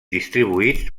distribuïts